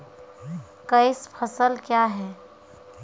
Cash फसल क्या हैं?